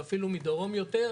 ואפילו מדרום יותר,